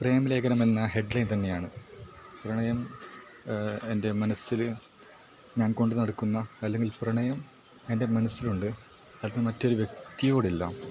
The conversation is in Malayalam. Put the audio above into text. പ്രമേലഖനം എന്ന ഹെഡ് ലൈൻ തന്നെയാണ് പ്രണയം എൻ്റെ മനസ്സിൽ ഞാൻ കൊണ്ട് നടക്കുന്ന അല്ലെങ്കിൽ പ്രണയം എൻ്റെ മനസ്സിലുണ്ട് അത് മറ്റൊരു വ്യക്തിയോടല്ല